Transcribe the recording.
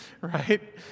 right